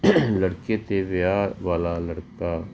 ਲੜਕੇ ਅਤੇ ਵਿਆਹ ਵਾਲਾ ਲੜਕਾ